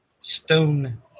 stone